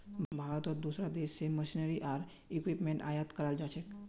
भारतत दूसरा देश स मशीनरी आर इक्विपमेंट आयात कराल जा छेक